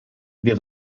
wir